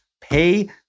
Pay